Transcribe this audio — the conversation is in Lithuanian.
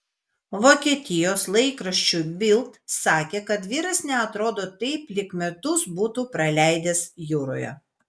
vokietijos laikraščiui bild sakė kad vyras neatrodo taip lyg metus būtų praleidęs jūroje